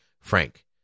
Frank